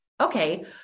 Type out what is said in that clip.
okay